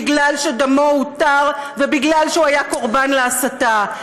בגלל שדמו הותר ובגלל שהוא היה קורבן להסתה.